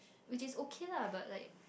which is okay lah but like